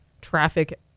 traffic